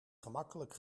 gemakkelijk